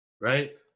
right